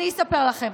אני אספר לכם.